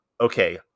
Okay